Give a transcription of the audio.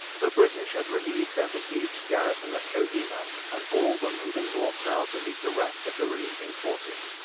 the british had relieved their besieged garrison at kohima and all were moving north now to meet the rest of the relieving forces.